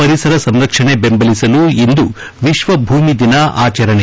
ಪರಿಸರ ಸಂರಕ್ಷಣೆ ಬೆಂಬಲಿಸಲು ಇಂದು ವಿಶ್ವ ಭೂಮಿದಿನ ಆಚರಣೆ